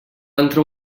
entrar